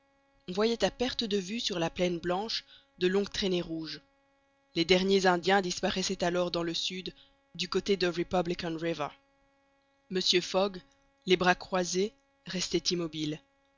on voyait à perte de vue sur la plaine blanche de longues traînées rouges les derniers indiens disparaissaient alors dans le sud du côté de republican river mr fogg les bras croisés restait immobile